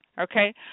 okay